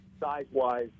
size-wise